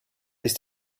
ist